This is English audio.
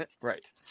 Right